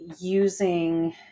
using